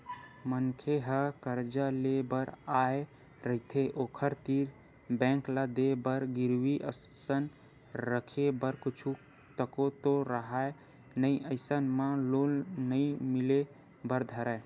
मनखे ह करजा लेय बर आय रहिथे ओखर तीर बेंक ल देय बर गिरवी असन रखे बर कुछु तको तो राहय नइ अइसन म लोन नइ मिले बर धरय